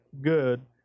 good